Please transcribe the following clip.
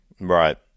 Right